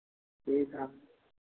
ठीक हाँ